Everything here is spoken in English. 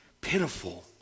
pitiful